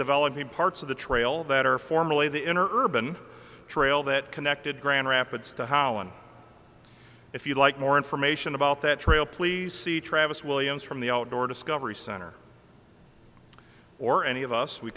developing parts of the trail that are formerly the inner urban trail that connected grand rapids to how and if you like more information about that trail please see travis williams from the outdoor discovery center or any of us we